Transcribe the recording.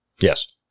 Yes